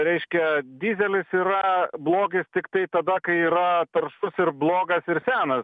reiškia dyzelis yra blogis tiktai tada kai yra taršus ir blogas ir senas